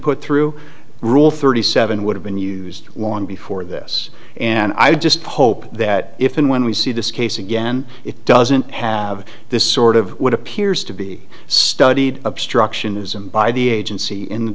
put through rule thirty seven would have been used long before this and i would just hope that if and when we see this case again it doesn't have this sort of what appears to be studied obstructionism by the agency